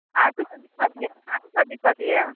आर किछो दिक्कत आर किछो दिक्कत यऽ